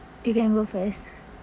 you can go first